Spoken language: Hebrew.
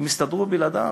אם יסתדרו בלעדיו,